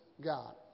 God